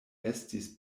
estis